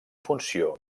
funció